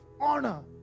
honor